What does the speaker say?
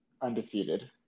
undefeated